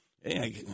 hey